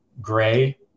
Gray